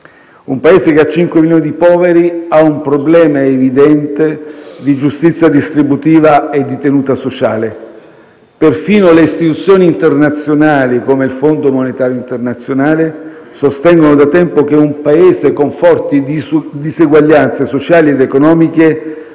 Un Paese che ha 5 milioni di poveri ha un problema evidente di giustizia distributiva e di tenuta sociale. Perfino le istituzioni internazionali, come il Fondo monetario internazionale, sostengono da tempo che un Paese con forti diseguaglianze sociali ed economiche